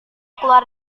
keluar